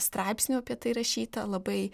straipsnių apie tai rašyta labai